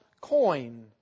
coin